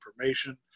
information